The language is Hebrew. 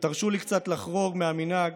ותרשו לי מכאן לחרוג מן המנהג